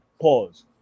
Pause